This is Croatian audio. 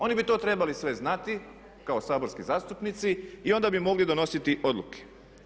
Oni bi to trebali sve znati kao saborski zastupnici i onda bi mogli donositi odluke.